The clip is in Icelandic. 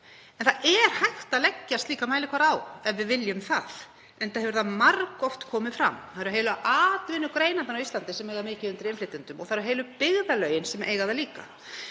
En það er hægt að leggja slíka mælikvarða á ef við viljum það, enda hefur það margoft komið fram. Það eru heilu atvinnugreinarnar á Íslandi sem eiga mikið undir innflytjendum og líka heilu byggðarlögin. Ég fagna